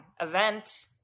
event